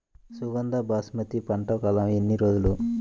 సుగంధ బాసుమతి పంట కాలం ఎన్ని రోజులు?